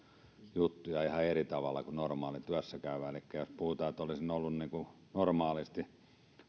juttuja ihan eri tavalla kuin normaalityössä käyvällä elikkä jos puhutaan että olisin ollut niin kuin normaalisti